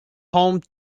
home